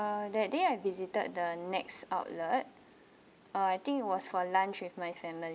that day I visited the nex outlet uh I think it was for lunch with my family